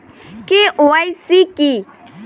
KYC কী?